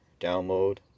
download